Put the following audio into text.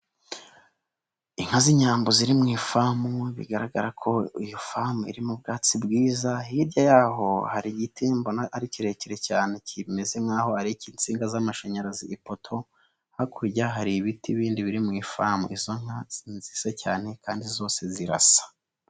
Inka z'Inyambo ziri mu ifamu bigaragara ko iyo famu irimo ubwatsi bwiza, hirya y'aho hari igiti ari kirekire cyane kimeze nk'aho ari icy'insinga z'amashanyarazi ipoto, hakurya hari ibiti bindi biri mu ifamu, izo nka ni nziza cyane kandi zose zirasa.